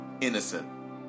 innocent